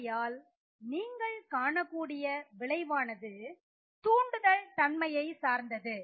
ஆகையால் நீங்கள் காணக்கூடிய விளைவானது தூண்டுதல் தன்மையை சார்ந்தது